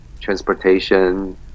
transportation